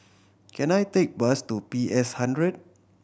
can I take bus to P S Hundred